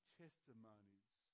testimonies